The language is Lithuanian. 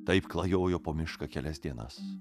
taip klajojo po mišką kelias dienas